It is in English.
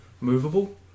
movable